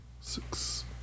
Six